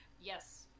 yes